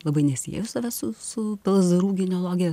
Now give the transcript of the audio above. labai ne sieju savęs su su belazarų genealogija